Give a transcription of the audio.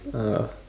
ya